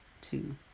two